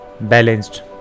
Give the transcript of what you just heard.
balanced